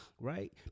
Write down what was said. right